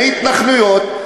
מההתנחלויות,